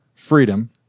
Freedom